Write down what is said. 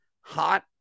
hot